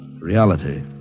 reality